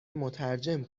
مترجم